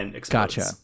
Gotcha